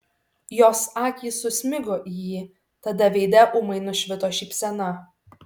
jos akys susmigo į jį tada veide ūmai nušvito šypsena